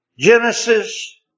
Genesis